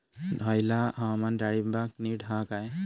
हयला हवामान डाळींबाक नीट हा काय?